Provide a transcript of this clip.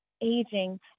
aging